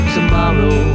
Tomorrow